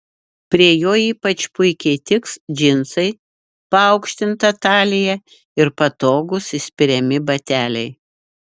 prie jo ypač puikiai tiks džinsai paaukštinta talija ir patogūs įspiriami bateliai